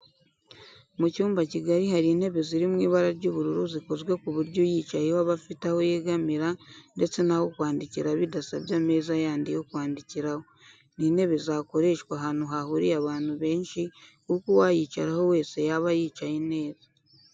Mu cyumba kigari hari intebe ziri mu ibara ry'ubururu zikozwe ku buryo uyicayeho aba afite aho yegamira ndetse n'aho kwandikira bidasabye ameza yandi yo kwandikiraho. Ni intebe zakoreshwa ahantu hahuriye abantu benshi kuko uwayicaraho wese yaba yicaye neza.